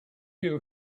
here